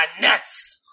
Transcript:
nuts